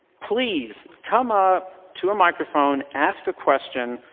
please come up to a microphone, ask a question.